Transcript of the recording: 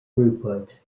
throughput